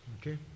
okay